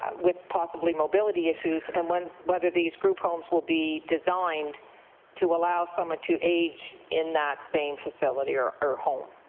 um with possibly mobility issues? and whether these group home will be designed to allow someone to age in that same facility or or home?